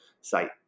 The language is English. site